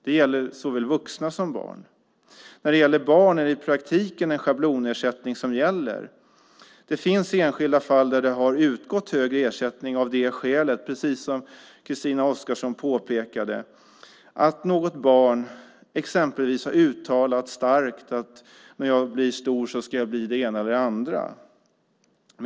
Det gäller såväl vuxna som barn. När det gäller barn är det i praktiken en schablonersättning som gäller. Precis som Christina Oskarsson påpekade finns det enskilda fall där det har utgått högre ersättning av det skälet att något barn exempelvis har uttalat starkt att när jag blir stor ska jag bli det ena eller det andra.